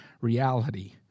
reality